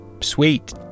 sweet